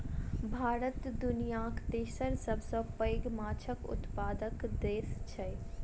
भारत दुनियाक तेसर सबसे पैघ माछक उत्पादक देस छै